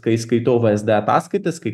kai skaitau vsd paskaitas kai